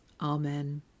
Amen